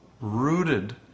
rooted